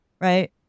right